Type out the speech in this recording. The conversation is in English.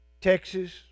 Texas